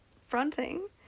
fronting